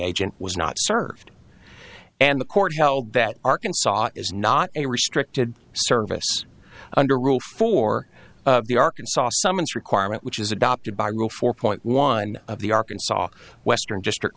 agent was not served and the court held that arkansas is not a restricted service under rule for the arkansas summons requirement which is adopted by four point one of the arkansas western district